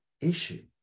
issue